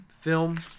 Film